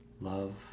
love